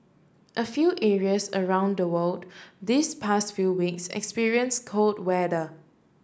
a few areas around the world this past few weeks experience cold weather